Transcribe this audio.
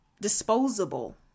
disposable